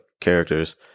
characters